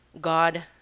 God